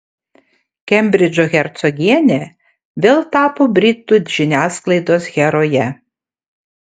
kembridžo hercogienė vėl tapo britų žiniasklaidos heroje